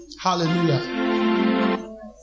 hallelujah